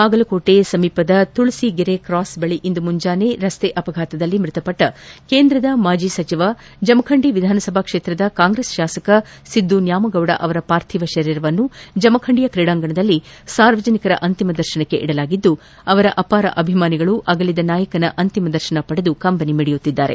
ಬಾಗಲಕೋಟೆ ಸಮೀಪದ ತುಳುೀಗೆರೆ ಕ್ರಾಸ್ ಬಳಿ ಇಂದು ಮುಂಜನೆ ರಸ್ತೆ ಅಪಘಾತದಲ್ಲಿ ಮೃತಪಟ್ಟ ಕೇಂದ್ರದ ಮಾಜಿ ಸಚಿವ ಜಮಖಂಡಿ ವಿಧಾನಸಭಾ ಕ್ಷೇತ್ರದ ಕಾಂಗ್ರೆಸ್ ಶಾಸಕ ಸಿದ್ದು ನ್ನಾಮಗೌಡ ಅವರ ಪಾರ್ಥಿವ ಶರೀರವನ್ನು ಜಮಖಂಡಿಯ ಕ್ರೀಡಾಂಗಣದಲ್ಲಿ ಸಾರ್ವಜನಿಕರ ಅಂತಿಮ ದರ್ಶನಕ್ಕೆ ಇಡಲಾಗಿದ್ದು ಅವರ ಅಪಾರ ಅಭಿಮಾನಿಗಳು ಅಗಲಿದ ನಾಯಕನ ಅಂತಿಮ ದರ್ಶನ ಪಡೆದು ಕಂಬನಿ ಮಿಡಿಯುತ್ತಿದ್ದಾರೆ